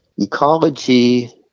Ecology